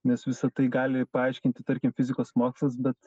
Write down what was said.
nes visa tai gali paaiškinti tarkim fizikos mokslas bet